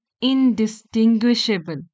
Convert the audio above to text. Indistinguishable